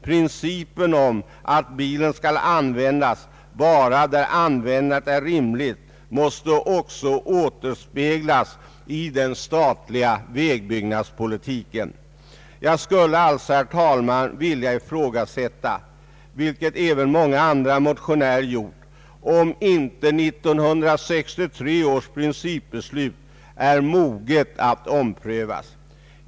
Principen om att bilen skall användas bara där användandet är rimligt måste också återspeglas i den statliga vägbyggnadspolitiken. Jag skulle alltså, herr talman, vilja ifrågasätta — vilket även många andra motionärer har gjort — om inte 1963 års principbeslut är moget att omprövas.